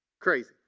Crazy